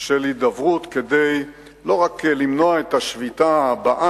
של הידברות, לא רק כדי למנוע את השביתה הבאה,